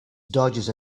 dodges